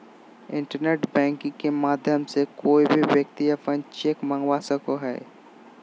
internet banking के माध्यम से कोय भी व्यक्ति अपन चेक मंगवा सको हय